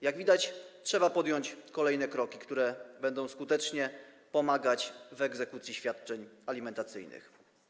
Jak widać, trzeba podjąć kolejne kroki, które będą skutecznie pomagać w egzekucji świadczeń alimentacyjnych.